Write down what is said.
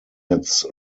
its